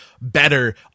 better